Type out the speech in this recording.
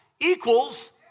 equals